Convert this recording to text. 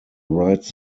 write